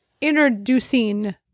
introducing